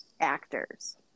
actors